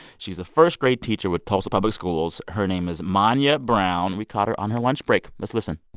she's a first grade teacher with tulsa public schools. her name is monya brown. we caught her on her lunch break. let's listen